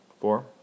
Four